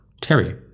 Terry